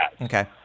Okay